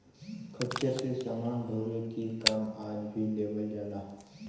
खच्चर से समान ढोवे के काम आज भी लेवल जाला